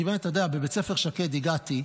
אתה יודע, בבית ספר שקד הגעתי,